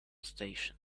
station